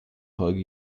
folge